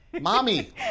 Mommy